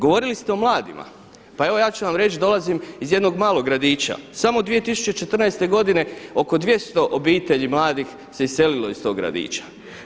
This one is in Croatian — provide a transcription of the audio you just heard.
Govorili ste o mladima, pa evo, ja ću vam reći, dolazim iz jednog malog gradića, samo 2014. godine oko 200 obitelji mladih se iselilo iz tog gradića.